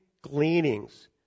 gleanings